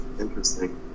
interesting